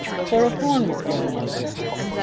for a horn was blown at a distance,